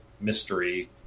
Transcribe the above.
mystery